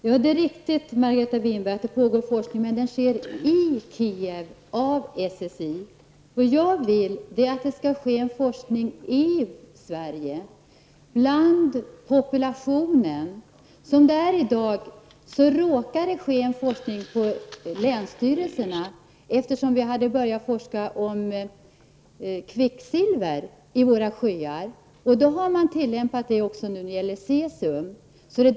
Herr talman! Det är riktigt, Margareta Winberg, att forskning pågår, men den sker i Kiev av SSI. Vad jag vill är att det skall ske en forskning i Sverige bland populationen. Att det i dag råkar ske en forskning på länsstyrelserna beror på att vi började forska om kvicksilverhalterna i våra sjöar. Det har man tillämpat sedan för mätning av cesium.